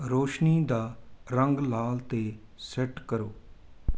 ਰੋਸ਼ਨੀ ਦਾ ਰੰਗ ਲਾਲ 'ਤੇ ਸੈੱਟ ਕਰੋ